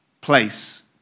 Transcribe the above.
place